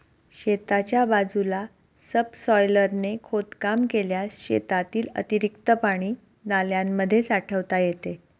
शेताच्या बाजूला सबसॉयलरने खोदकाम केल्यास शेतातील अतिरिक्त पाणी नाल्यांमध्ये साठवता येते